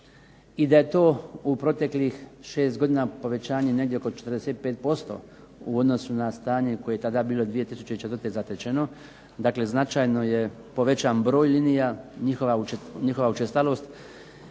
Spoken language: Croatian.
i da je to u proteklih 6 godina povećanje negdje oko 45% u odnosu na stanje koje je tada bilo 2004. zatečeno, dakle značajno je povećan broj linija, njihova učestalost